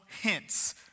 hints